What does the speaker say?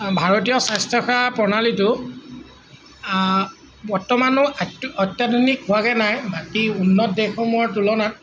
ভাৰতীয় স্বাস্থ্যসেৱা প্ৰণালীটো বৰ্তমানো আত্য় অত্যাধুনিক হোৱাগৈ নাই বাকী উন্নত দেশসমূহৰ তুলনাত